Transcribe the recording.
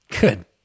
Good